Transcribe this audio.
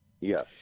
Yes